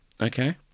Okay